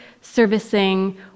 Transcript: servicing